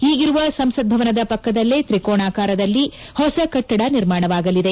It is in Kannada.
ಈಗಿರುವ ಸಂಸತ್ ಭವನದ ಪಕ್ಕದಲ್ಲೇ ತ್ರಿಕೋನಾಕಾರದಲ್ಲಿ ಹೊಸ ಕಟ್ಟಡ ನಿರ್ಮಾಣವಾಗಲಿದೆ